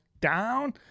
down